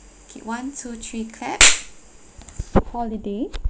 K one two three clap holiday